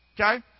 Okay